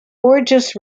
borges